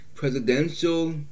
presidential